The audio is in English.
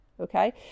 okay